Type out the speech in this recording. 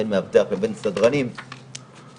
בין מאבטח לבין סדרנים במקום.